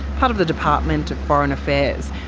part of the department of foreign affairs,